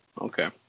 okay